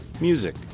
music